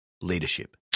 leadership